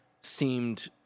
seemed